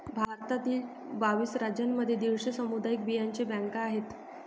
भारतातील बावीस राज्यांमध्ये दीडशे सामुदायिक बियांचे बँका आहेत